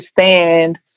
understand